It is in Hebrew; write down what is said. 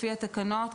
לפי התקנות,